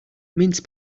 mince